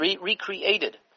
recreated